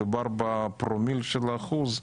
מדובר בפרומיל של האחוז,